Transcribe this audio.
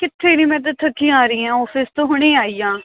ਕਿੱਥੇ ਨਹੀਂ ਮੈਂ ਤਾਂ ਥੱਕੀ ਆ ਰਹੀ ਹਾਂ ਔਫਿਸ ਤੋਂ ਹੁਣੇ ਆਈ ਹਾਂ